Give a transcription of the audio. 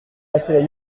passer